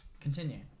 Continue